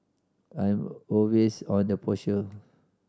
I'm always on the partial